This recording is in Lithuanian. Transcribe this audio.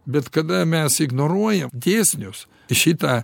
bet kada mes ignoruojam dėsnius šitą